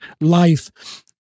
life